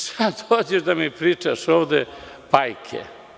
Sada dođeš da mi pričaš ovde bajke.